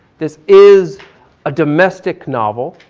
this is a domestic novel.